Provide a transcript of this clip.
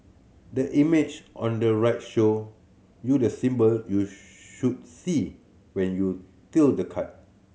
the image on the right show you the symbol you should see when you tilt the card